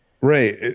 right